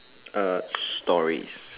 uh stories